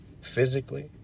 physically